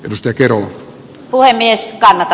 pistekeruu puhemies kannata